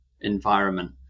environment